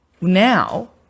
Now